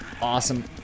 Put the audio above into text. awesome